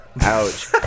Ouch